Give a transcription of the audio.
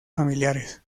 familiares